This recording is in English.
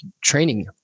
training